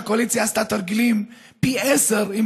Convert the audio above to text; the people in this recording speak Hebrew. הקואליציה עשתה תרגילים פי עשרה,